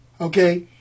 okay